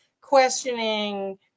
questioning